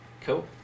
Cool